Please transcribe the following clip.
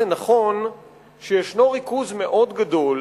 זה נכון שיש ריכוז מאוד גדול